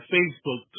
Facebook